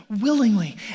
willingly